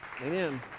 Amen